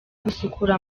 gusukura